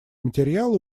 материала